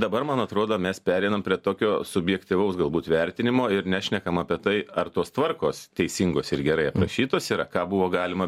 dabar man atrodo mes pereinam prie tokio subjektyvaus galbūt vertinimo ir nešnekam apie tai ar tos tvarkos teisingos ir gerai aprašytos yra ką buvo galima